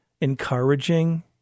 encouraging